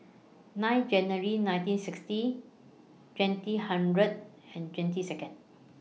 nine January nineteen sixty twenty hundred and twenty Seconds